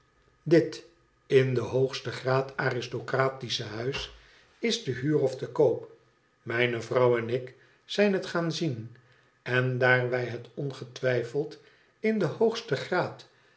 dit m den hoogsten graad aristocratische huis is te huur ofte koop mijne vrouw en ik zijn het gaan zien en daar wij het ongetwijfeld in den hoogsten graad